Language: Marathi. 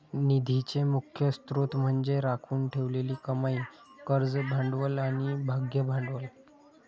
निधीचे मुख्य स्त्रोत म्हणजे राखून ठेवलेली कमाई, कर्ज भांडवल आणि भागभांडवल